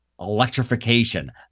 electrification